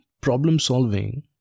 problem-solving